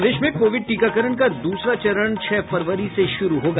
प्रदेश में कोविड टीकाकरण का दूसरा चरण छह फरवरी से शुरू होगा